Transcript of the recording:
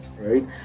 Right